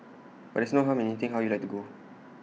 but there's no harm in hinting how you'd like to go